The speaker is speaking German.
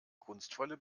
kunstvolle